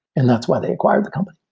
and that's why they acquired the company.